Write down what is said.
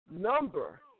number